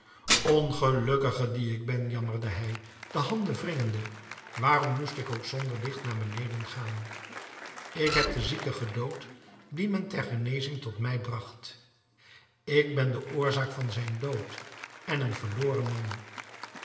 ongelukkige die ik ben jammerde hij de handen wringende waarom moest ik ook zonder licht naar beneden gaan ik heb den zieke gedood dien men ter genezing tot mij bragt ik ben oorzaak van zijn dood en een verloren man